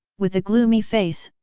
with a gloomy face,